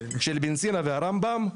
של אבן סינא והרמב"ם,